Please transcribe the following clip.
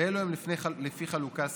ואלה הם, לפי חלוקה סיעתית: